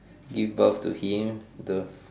give birth to him the